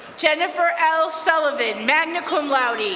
jennifer l. sullivan, magna cum laude,